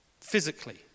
physically